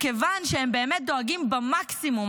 מכיוון שהם באמת דואגים במקסימום,